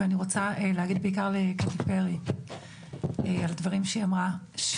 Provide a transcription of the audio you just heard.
ואני רוצה להגיד בעיקר לקטי פרי על דברים שהיא אמרה,